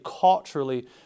culturally